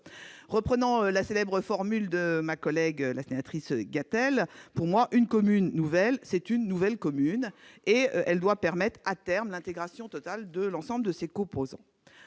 Reprenant la célèbre formule de ma collègue Françoise Gatel, je dirais que, pour moi, une commune nouvelle est une nouvelle commune ; elle doit permettre à terme l'intégration totale de l'ensemble de ses composantes.